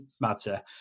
matter